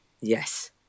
yes